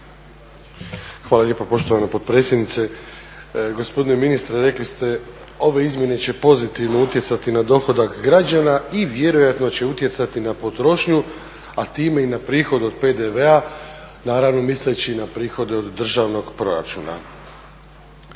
Hvala lijepa poštovana potpredsjednice. Gospodine ministre rekli ste ove izmjene će pozitivno utjecati na dohodak građana i vjerojatno će utjecati na potrošnju, a time i na prihod od PDV-a, naravno misleći na prihod od državnog proračuna.